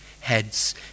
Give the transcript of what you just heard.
heads